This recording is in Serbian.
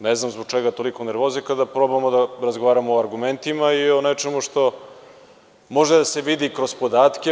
Ne znam zbog čega toliko nervoze kada probamo da razgovaramo argumentima i o nečemu što može da se vidi kroz podatke.